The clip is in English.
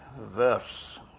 verse